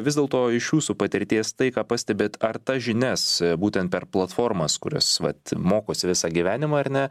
vis dėlto iš jūsų patirties tai ką pastebit ar tas žinias būtent per platformas kurias vat mokosi visą gyvenimą ar ne